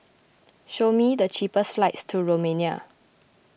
show me the cheapest flights to Romania